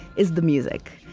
is the music.